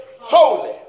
holy